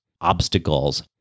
obstacles